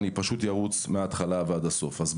ארוץ מהתחלה ועד הסוף.